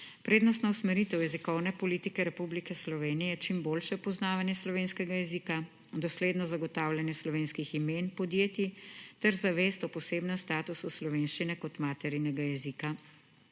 Prednostna usmeritev jezikovne politike Republike Slovenije čim boljše poznavanje slovenskega jezika, dosledno zagotavljanje slovenskih imen podjetij ter zavest o posebnem statusu slovenščine kot materinega jezika,